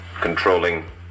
Controlling